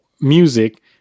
music